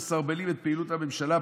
הם מסרבלים את פעילות הממשלה,